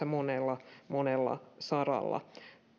monella monella saralla